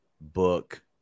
book